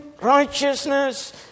righteousness